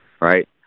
right